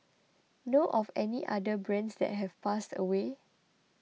know of any other brands that have passed away